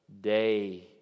Day